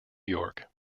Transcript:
york